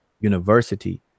University